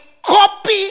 copy